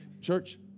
Church